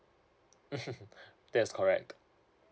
mmhmm that's correct